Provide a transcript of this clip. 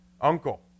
Uncle